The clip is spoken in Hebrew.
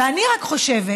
ואני רק חושבת